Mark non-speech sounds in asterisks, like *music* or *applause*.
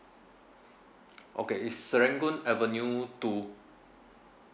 *noise* okay it's serangoon avenue two